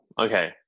okay